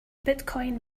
bitcoin